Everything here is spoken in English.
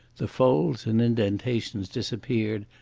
the folds and indentations disappeared,